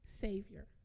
Savior